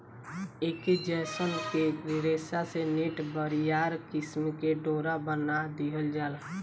ऐके जयसन के रेशा से नेट, बरियार किसिम के डोरा बना दिहल जाला